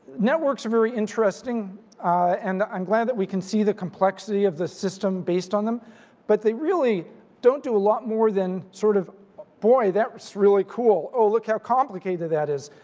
networks are very interesting and i'm glad that we can see the complexity of the system based on them but they really don't do a lot more than sort of boy that was really cool. oh look how complicated that is.